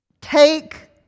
take